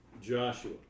Joshua